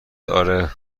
آره